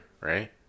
right